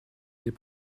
des